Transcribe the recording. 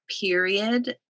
period